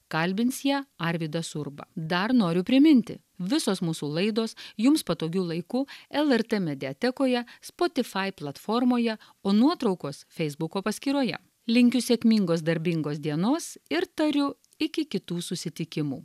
kalbins ją arvydas urba dar noriu priminti visos mūsų laidos jums patogiu laiku lrt mediatekoje spotify platformoje o nuotraukos feisbuko paskyroje linkiu sėkmingos darbingos dienos ir tariu iki kitų susitikimų